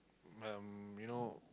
um you know